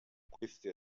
queste